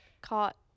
caught